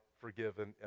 forgiven